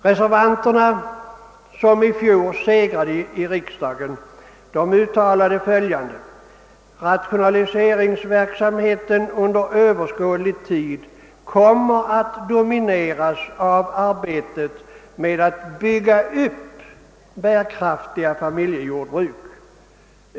Reservanterna, som i fjol segrade i riksdagen, uttalade, att rationaliseringsverksamheten under överskådlig tid kommer att domineras av arbetet med att bygga upp bärkraftiga familjejordbruk.